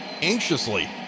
anxiously